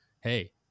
hey